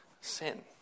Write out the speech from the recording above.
sin